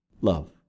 Love